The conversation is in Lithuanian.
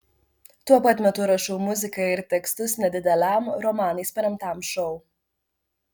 tuo pat metu rašau muziką ir tekstus nedideliam romanais paremtam šou